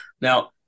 Now